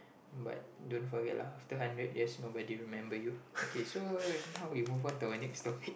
but don't forget lah after hundred years nobody remember you okay so how about we move on to a next topic